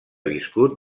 viscut